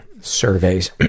surveys